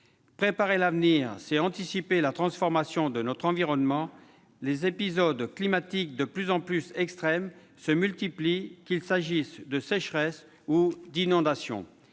Préparer l'avenir, c'est anticiper la transformation de notre environnement. Les épisodes climatiques de plus en plus extrêmes se multiplient, qu'il s'agisse de sécheresse ou d'inondations.